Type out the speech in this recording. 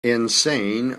insane